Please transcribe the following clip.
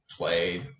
play